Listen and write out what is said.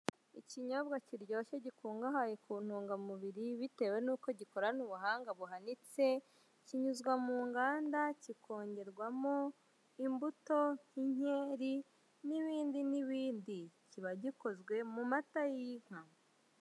Ikinyobwa kiryoshye gikungahaye ku ntungamubiri bitewe n'uko gikorana ubuhanga buhanitse kinyuzwa mu nganda kikongerwamo imbuto nk'inkeri n'ibindi n'ibindi kiba gikozwe mu mata y'inka.